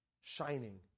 shining